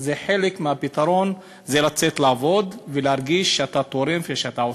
חלק מהפתרון זה לצאת לעבוד ולהרגיש שאתה תורם ואתה עושה.